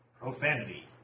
profanity